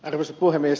arvoisa puhemies